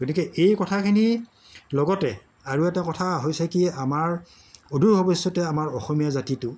গতিকে এই কথাখিনি লগতে আৰু এটা কথা হৈছে কি আমাৰ অদূৰ ভৱিষ্যতে আমাৰ অসমীয়া জাতিটো